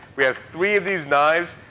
we have three of these knives.